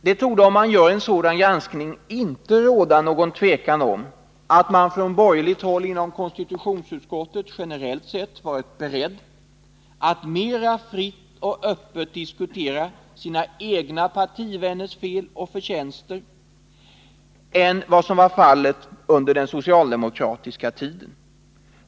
Det torde inte råda något tvivel om att man från borgerligt håll inom konstitutionsutskottet generellt sett varit beredd att mera fritt och öppet diskutera sina egna partivänners fel och förtjänster än vad som var fallet under den socialdemokratiska tiden.